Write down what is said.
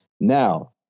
Now